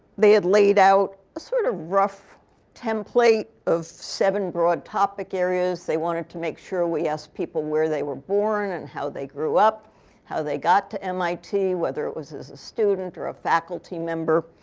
they had laid out a sort of rough template of seven broad topic areas. they wanted to make sure we asked people where they were born and how they grew up how they got to mit, whether it was as a student or a faculty member